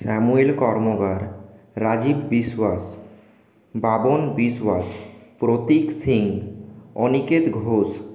Shyamal Karmakar Rajib Biswas Baban Biswas Pratik Singh Aniket Ghosh